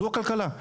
זו הכלכלה.